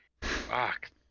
Fuck